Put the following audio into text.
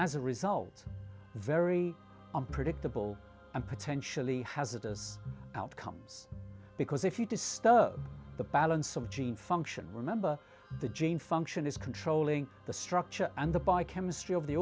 as a result of very unpredictable and potentially hazardous outcomes because if you disturb the balance of gene function remember the gene function is controlling the structure and the by chemistry of the